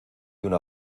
una